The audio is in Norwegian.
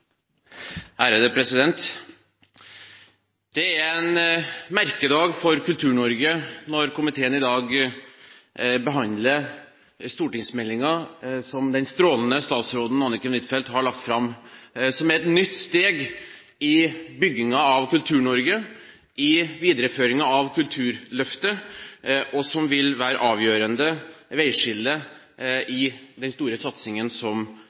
anses vedtatt. Det er en merkedag for Kultur-Norge når komiteen i dag behandler stortingsmeldingen som den strålende statsråden Anniken Huitfeldt har lagt fram, som er et nytt steg i byggingen av Kultur-Norge i videreføringen av Kulturløftet, og som vil være et avgjørende veiskille i den store satsingen som